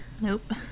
Nope